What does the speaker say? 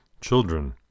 Children